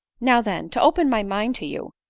now then, to open my mind to you,